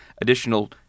additional